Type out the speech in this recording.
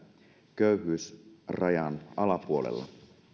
köyhyysrajan alapuolella